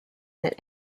that